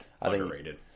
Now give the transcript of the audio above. underrated